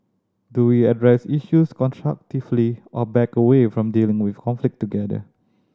do we address issues constructively or back away from dealing with conflict altogether